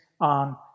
on